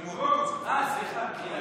אה, סליחה.